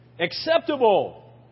acceptable